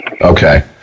okay